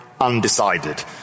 undecided